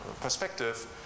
perspective